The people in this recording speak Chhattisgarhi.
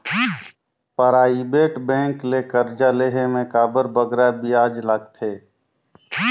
पराइबेट बेंक ले करजा लेहे में काबर बगरा बियाज लगथे